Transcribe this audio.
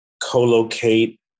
co-locate